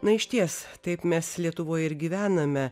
na išties taip mes lietuvoj ir gyvename